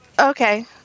okay